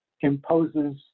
imposes